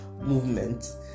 movement